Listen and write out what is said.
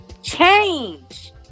Change